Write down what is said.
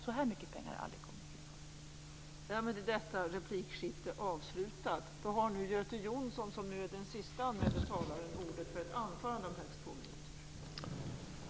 Så här mycket pengar har det aldrig kommit till förut.